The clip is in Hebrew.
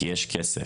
כי יש כסף.